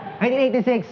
1986